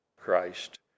Christ